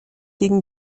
gegen